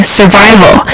survival